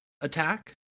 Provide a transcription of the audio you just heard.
attack